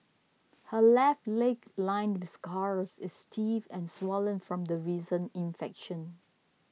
her left leg lined with scars is stiff and swollen from a recent infection